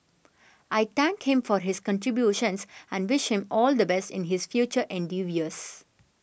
I thank him for his contributions and wish him all the best in his future endeavours